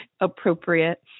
appropriate